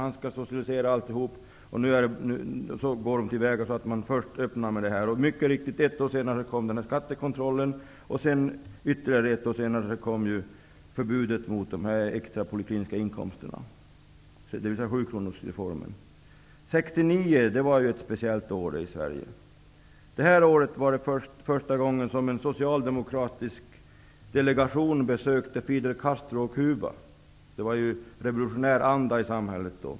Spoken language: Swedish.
Han skall socialisera alltihop. Ett år senare infördes mycket riktigt denna skattekontroll, och ytterligare ett år senare kom förbudet mot de extra polikliniska inkomsterna, dvs. sjukronorsreformen. 1969 var ett speciellt år i Sverige. Det var då första gången som en socialdemokratisk delegation besökte Fidel Castro på Cuba. Det var en revolutionär anda i samhället.